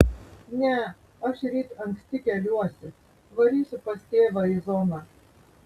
ne aš ryt anksti keliuosi varysiu pas tėvą į zoną